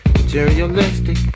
Materialistic